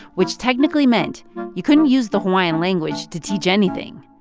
which technically meant you couldn't use the hawaiian language to teach anything,